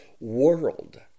world